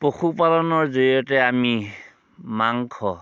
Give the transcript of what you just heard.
পশুপালনৰ জৰিয়তে আমি মাংস